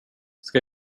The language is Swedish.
ska